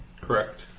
Correct